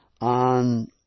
on